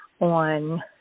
on